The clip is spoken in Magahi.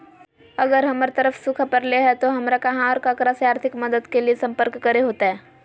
अगर हमर तरफ सुखा परले है तो, हमरा कहा और ककरा से आर्थिक मदद के लिए सम्पर्क करे होतय?